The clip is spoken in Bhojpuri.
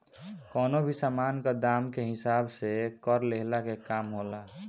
कवनो भी सामान कअ दाम के हिसाब से कर लेहला के काम होला